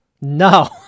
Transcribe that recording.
No